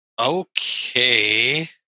Okay